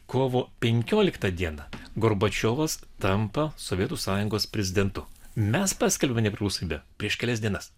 kovo penkioliktą dieną gorbačiovas tampa sovietų sąjungos prezidentu mes paskelbę nepriklausomybę prieš kelias dienas